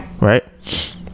right